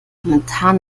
momentan